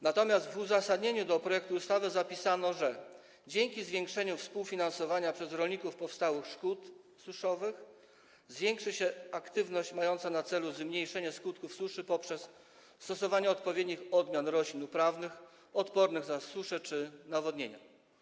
Natomiast w uzasadnieniu do projektu ustawy zapisano, że dzięki zwiększeniu współfinansowania przez rolników powstałych szkód suszowych zwiększy się aktywność mająca na celu zmniejszenie skutków suszy poprzez stosowanie odpowiednich odmian roślin uprawnych odpornych na suszę czy nawodnienia.